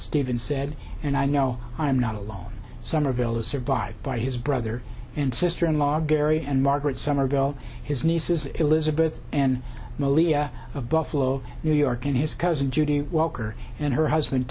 stephen said and i know i'm not alone somerville is survived by his brother and sister in law gary and margaret somerville his niece is elizabeth and malia of buffalo new york and his cousin judy walker and her husband